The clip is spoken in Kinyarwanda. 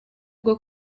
bwo